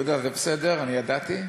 יהודה, זה בסדר, אני ידעתי.